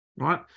right